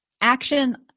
action